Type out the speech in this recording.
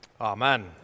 Amen